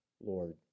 Lord